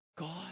God